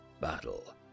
battle